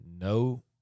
no